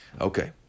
Okay